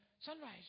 sunrise